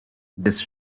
this